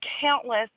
countless